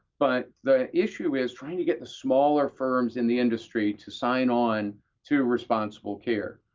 but the issue is trying to get the smaller firms in the industry to sign on to responsible care.